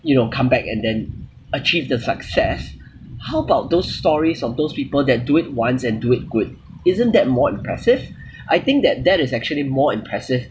you know come back and then achieve the success how about those stories of those people that do it once and do it good isn't that more impressive I think that that is actually more impressive